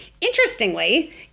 Interestingly